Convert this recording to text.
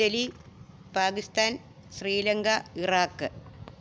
Italy Pakistan Sri Lanka Iraq